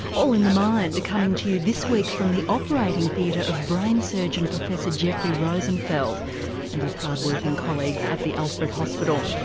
all in the mind coming to you this week from the operating theatre of brain surgeon professor jeffrey rosenfeld and his hard working colleagues at the alfred hospital.